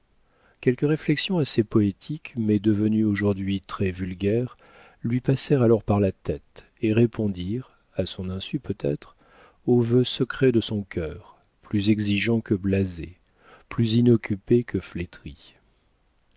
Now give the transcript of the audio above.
quelques réflexions assez poétiques mais devenues aujourd'hui très vulgaires lui passèrent alors par la tête et répondirent à son insu peut-être aux vœux secrets de son cœur plus exigeant que blasé plus inoccupé que flétri